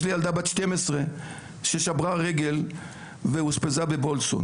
יש לי ילדה בת 12 ששברה רגל ואושפזה בוולפסון,